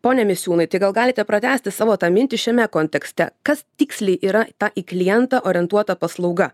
pone misiūnai tai gal galite pratęsti savo tą mintį šiame kontekste kas tiksliai yra ta į klientą orientuota paslauga